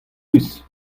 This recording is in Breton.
ruz